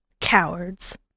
cowards